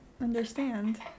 understand